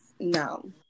No